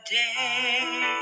day